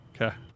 Okay